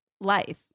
life